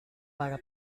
para